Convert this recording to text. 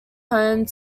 home